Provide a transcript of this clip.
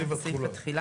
סעיף התחולה.